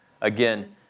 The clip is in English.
again